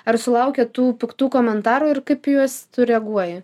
ar sulaukia tų piktų komentarų ir kaip į juos tu reaguoji